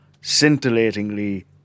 scintillatingly